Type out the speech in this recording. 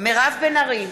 מירב בן ארי,